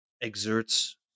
exerts